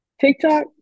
TikTok